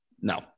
No